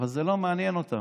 אבל זה לא מעניין אותם.